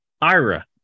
Ira